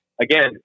again